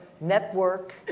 network